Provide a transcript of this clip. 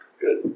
Good